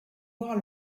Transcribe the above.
voir